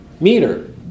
meter